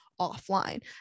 offline